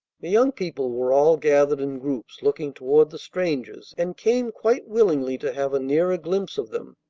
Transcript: the young people were all gathered in groups, looking toward the strangers, and came quite willingly to have a nearer glimpse of them.